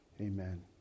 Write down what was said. Amen